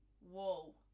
whoa